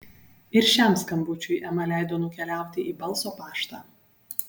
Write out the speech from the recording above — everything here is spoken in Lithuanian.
ir šiam skambučiui ema leido nukeliauti į balso paštą